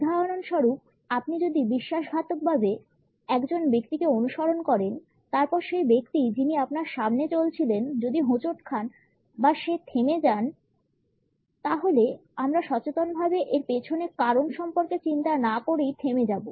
উদাহরণস্বরূপ আপনি যদি বিশ্বাসঘাতকভাবে একজন ব্যক্তিকে অনুসরণ করেন তারপর সেই ব্যক্তি যিনি আপনার সামনে চলছিলেন যদি হোঁচট খান বা সে থেমে যান তাহলে আমরা সচেতনভাবে এর পেছনের কারণ সম্পর্কে চিন্তা না করেই থেমে যাব